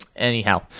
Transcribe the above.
anyhow